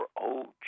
old